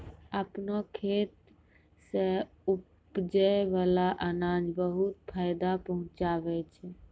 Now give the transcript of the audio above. आपनो खेत सें उपजै बाला अनाज बहुते फायदा पहुँचावै छै